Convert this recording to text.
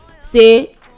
say